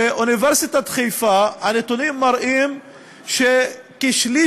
באוניברסיטת חיפה הנתונים מראים שכשליש